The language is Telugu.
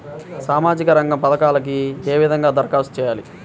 సామాజిక రంగ పథకాలకీ ఏ విధంగా ధరఖాస్తు చేయాలి?